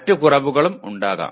മറ്റ് കുറവുകളും ഉണ്ടാകാം